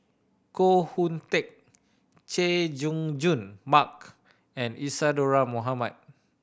Koh Hoon Teck Chay Jung Jun Mark and Isadhora Mohamed